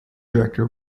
director